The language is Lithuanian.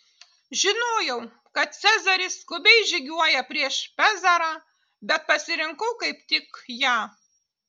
žinojau kad cezaris skubiai žygiuoja prieš pezarą bet pasirinkau kaip tik ją